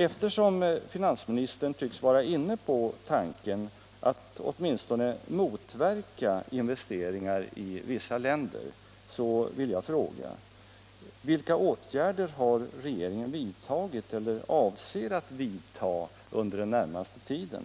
Eftersom finansministern tycks vara inne på tanken att åtminstone motverka investeringar i vissa länder, vill jag fråga honom: Vilka åtgärder har regeringen vidtagit eller avser regeringen att vidta under den närmaste tiden